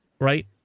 right